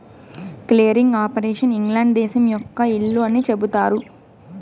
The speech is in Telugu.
క్లియరింగ్ ఆపరేషన్ ఇంగ్లాండ్ దేశం యొక్క ఇల్లు అని చెబుతారు